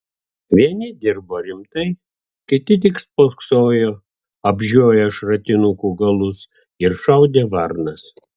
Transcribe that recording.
vieni dirbo rimtai kiti tik spoksojo apžioję šratinukų galus ir šaudė varnas